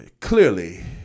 clearly